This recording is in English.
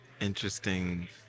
interesting